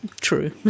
True